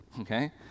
okay